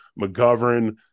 McGovern